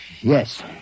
Yes